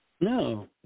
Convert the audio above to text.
No